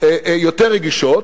יותר רגישות.